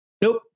Nope